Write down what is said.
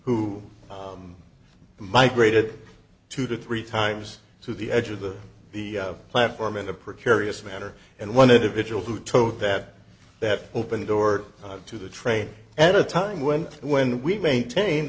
who migrated two to three times to the edge of the the platform in a precarious manner and one individual who took that that open door to the train at a time when when we maintained